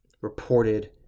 reported